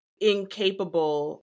incapable